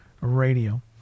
radio